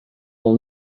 will